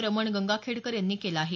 रमण गंगाखेडकर यांनी केला आहे